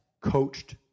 coached